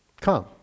Come